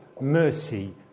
mercy